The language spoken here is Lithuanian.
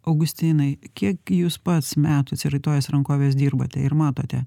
augustinai kiek jūs pats metų atsiraitojęs rankoves dirbate ir matote